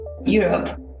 europe